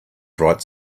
bright